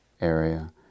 area